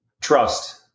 Trust